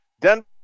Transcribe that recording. Denver